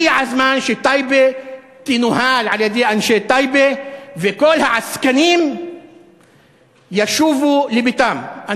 הגיע הזמן שטייבה תנוהל על-ידי אנשי טייבה וכל העסקנים ישובו לביתם.